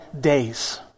days